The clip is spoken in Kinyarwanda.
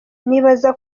nibaza